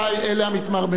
אלה המתמרמרים,